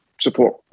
support